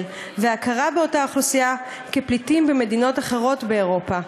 וההכרה באותה אוכלוסייה כפליטים במדינות אחרות באירופה.